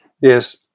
Yes